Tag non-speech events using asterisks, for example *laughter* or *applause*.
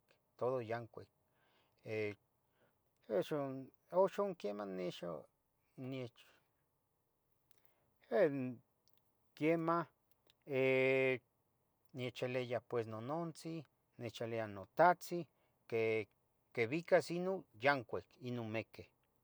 Todo Yancuic, *hesitation* uxan uxan quiemah nixu niech, em quiemah eh nechilia pues nonontzi nechilia notahtzi, que que quibicas ino yacuic ino mequeh.